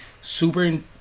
super